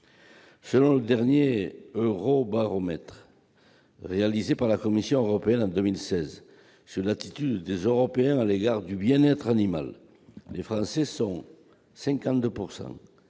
Selon le dernier Eurobaromètre réalisé par la Commission européenne en 2016 sur l'attitude des Européens à l'égard du bien-être animal, 52 % des Français estiment